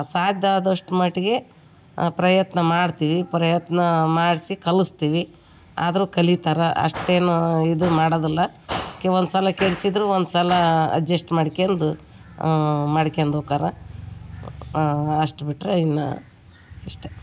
ಸಾಧ್ಯ ಆದಷ್ಟು ಮಟ್ಟಿಗೆ ಪ್ರಯತ್ನ ಮಾಡ್ತೀವಿ ಪ್ರಯತ್ನ ಮಾಡಿಸಿ ಕಲಿಸ್ತೀವಿ ಆದರೂ ಕಲಿತಾರೆ ಅಷ್ಟೇನೂ ಇದು ಮಾಡೋದಿಲ್ಲ ಒಂದುಸಲ ಕೆಡಿಸಿದ್ರು ಒಂದುಸಲ ಅಡ್ಜೆಸ್ಟ್ ಮಾಡ್ಕೊಂಡು ಮಾಡ್ಕೊಂಡು ಹೋಕಾರ ಅಷ್ಟು ಬಿಟ್ಟರೆ ಇನ್ನು ಇಷ್ಟೇ